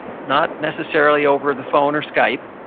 not necessarily over the phone or skype,